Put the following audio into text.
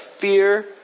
fear